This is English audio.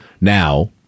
now –